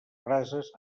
brases